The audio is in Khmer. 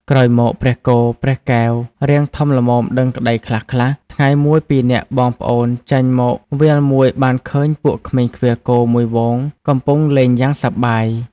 ក្រោយមក ព្រះគោ ព្រះកែវ រាងធំល្មមដឹងក្ដីខ្លះៗ ថ្ងៃមួយពីរនាក់បងប្អូនចេញមកវាលមួយបានឃើញពួកក្មេងឃ្វាលគោមួយហ្វូងកំពុងលេងយ៉ាងសប្បាយ ។